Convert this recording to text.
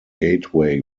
gateway